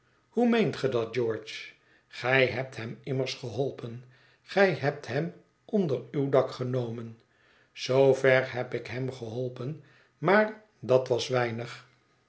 hoe meent ge dat george gij hebt hem immers geholpen gij hebt hem onder uw dak genomen zoover heb ik hem geholpen maar dat was weinig